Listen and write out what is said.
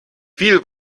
viel